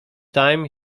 time